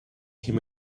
him